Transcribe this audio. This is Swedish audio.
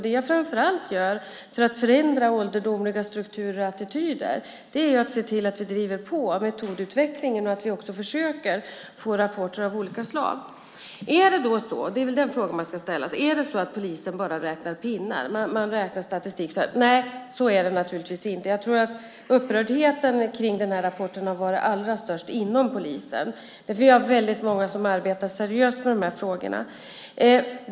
Det jag framför allt gör för att förändra ålderdomliga strukturer och attityder är att se till att vi driver på metodutvecklingen och att vi också försöker få rapporter av olika slag. Är det då så - det är väl den frågan man ska ställa sig - att polisen bara räknar pinnar och för statistik? Nej, så är det naturligtvis inte. Jag tror att upprördheten kring den här rapporten har varit allra störst inom polisen. Vi har väldigt många som arbetar seriöst med de här frågorna.